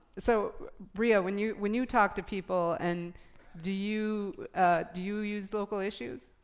so bria, when you when you talk to people, and do you ah do you use local issues?